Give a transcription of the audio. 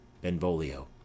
BENVOLIO